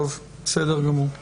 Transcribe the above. טוב, בסדר גמור.